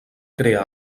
crear